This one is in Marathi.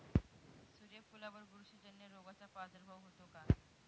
सूर्यफुलावर बुरशीजन्य रोगाचा प्रादुर्भाव होतो का?